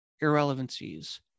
irrelevancies